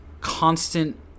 constant